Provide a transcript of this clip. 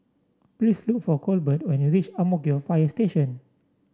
please look for Colbert when you reach Ang Mo Kio Fire Station